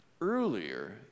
Earlier